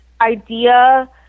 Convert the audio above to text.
idea